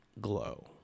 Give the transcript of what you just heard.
glow